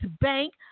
Bank